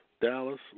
Dallas